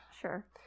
sure